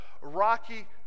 rocky